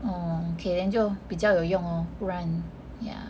orh okay then 就比较有用 lor 不然 ya